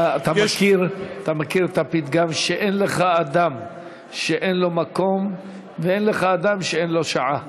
אתה מכיר את הפתגם שאין לך אדם שאין לו מקום ואין לך אדם שאין לו שעה?